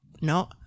No